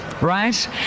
right